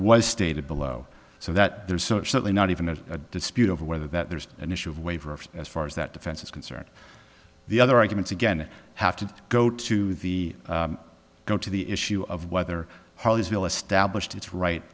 was stated below so that there's certainly not even a dispute over whether that there's an issue of waiver as far as that defense is concerned the other arguments again have to go to the go to the issue of whether harleysville established its right